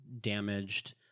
damaged